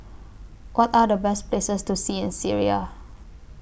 What Are The Best Places to See in Syria